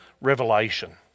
revelation